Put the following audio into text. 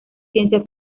ciencia